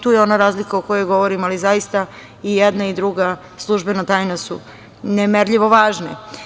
Tu je ona razlika o kojoj govorim, ali zaista i jedna i druga službena tajna su nemerljivo važne.